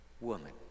woman